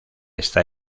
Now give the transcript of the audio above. está